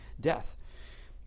death